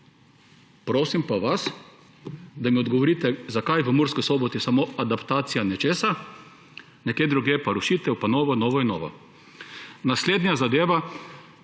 Prosim pa vas, da mi odgovorite, zakaj v Murski Soboti samo adaptacija nečesa, nekje drugje pa rušitev pa novo, novo in novo. Naslednja zadeva,